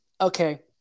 okay